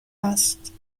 است